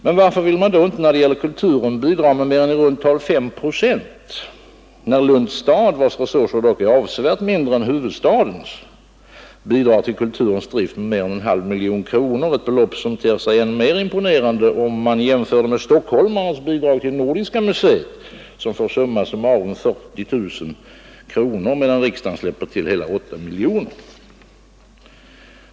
Men varför vill man då inte när det gäller Kulturen bidra med mer än i runt tal 5 procent av driftunderskottet, när Lunds stad — vars resurser dock är avsevärt mindre än huvudstadens — bidrar till Kulturens drift med mer än en halv miljon kronor, ett belopp som ter sig än mer imponerande om man jämför det med stockholmarnas bidrag till Nordiska museet, som får summa summarum 40 000 kronor, medan riksdagen släpper till hela 8 miljoner?